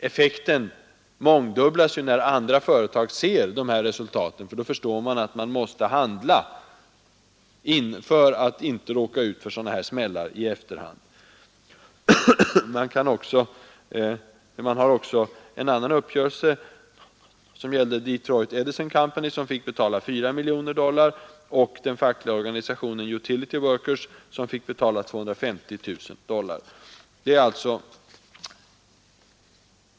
Effekten mångdubblas när andra företag ser resultaten. Då förstår de att de måste handla för att inte råka ut för sådana här smällar i efterhand. Enligt en annan uppgörelse fick Detroit Edison Company betala 4 miljoner dollar och den fackliga organisationen Utility Workers 250 000 dollar.